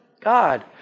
God